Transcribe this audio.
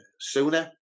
sooner